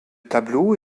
tableau